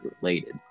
related